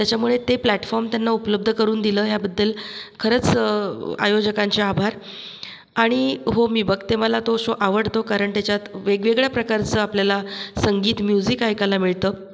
त्याच्यामुळे ते प्लॅटफॉर्म त्यांना उपलब्ध करून दिलं याबद्दल खरंच आयोजकांचे आभार आणि हो मी बघते मला तो शो आवडतो कारण त्याच्यात वेगवेगळ्या प्रकारचा आपल्याला संगीत म्यूझिक ऐकायला मिळतं